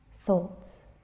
Thoughts